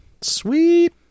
Sweet